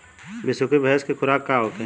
बिसुखी भैंस के खुराक का होखे?